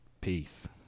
Peace